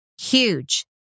Huge